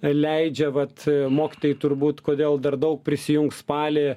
leidžia vat mokytojai turbūt kodėl dar daug prisijungs spalį